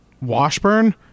washburn